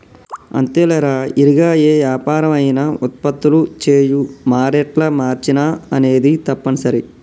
అంతేలేరా ఇరిగా ఏ యాపరం అయినా ఉత్పత్తులు చేయు మారేట్ల మార్చిన అనేది తప్పనిసరి